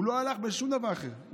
הוא לא הלך לשום דבר אחר,